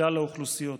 לכלל האוכלוסיות.